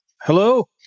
hello